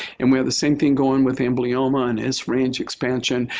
and we have the same thing going with amblyomma and its range expansion.